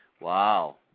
Wow